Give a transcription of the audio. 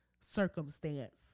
circumstance